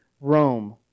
Rome